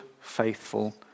faithful